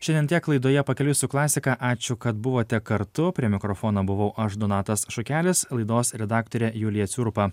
šiandien tiek laidoje pakeliui su klasika ačiū kad buvote kartu prie mikrofono buvau aš donatas šukelis laidos redaktorė julija ciurupa